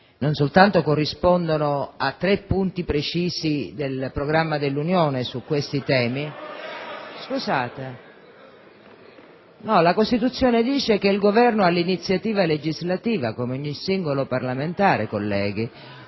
non soltanto corrispondono a tre punti precisi del programma dell'Unione su questi temi... *(Commenti dal Gruppo AN).* Scusate, la Costituzione dice che il Governo ha l'iniziativa legislativa, come ogni singolo parlamentare, colleghi.